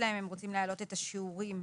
הם רוצים להעלות את השיעורים